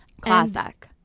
Classic